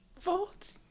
Vault